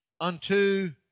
unto